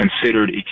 considered